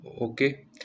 Okay